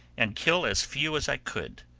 and kill as few as i could.